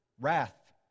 wrath